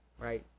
Right